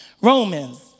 Romans